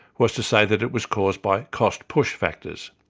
was to say that it was caused by cost push factors.